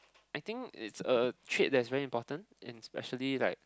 I think is a trade that is very important in especially like